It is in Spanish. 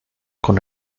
con